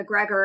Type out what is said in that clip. McGregor